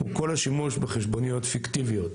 הוא כל השימוש בחשבוניות פיקטיביות.